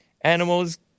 animals